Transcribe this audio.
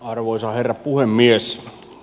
arvoisa herra puhemies